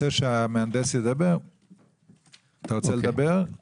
דיברנו עם